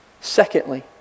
Secondly